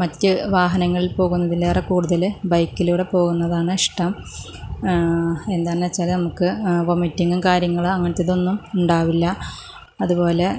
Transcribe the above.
മറ്റ് വാഹനങ്ങളിൽ പോകുന്നതിലേറെ കൂടുതൽ ബൈക്കിലൂടെ പോകുന്നതാണ് ഇഷ്ടം എന്താണെന്ന് വച്ചാൽ നമുക്ക് വൊമിറ്റിങ്ങും കാര്യങ്ങളും അങ്ങനത്തെ ഇതൊന്നും ഉണ്ടാവില്ല അതുപോലെ